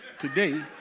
today